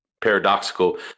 paradoxical